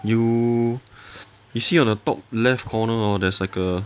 you you see on the top left corner orh there's a